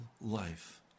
life